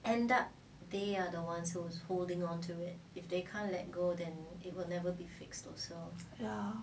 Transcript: ya